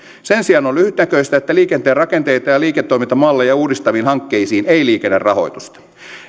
sen sijaan on lyhytnäköistä että liikenteen rakenteita ja liiketoimintamalleja uudistaviin hankkeisiin ei liikene rahoitusta